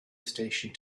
station